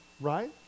right